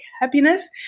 happiness